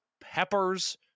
peppers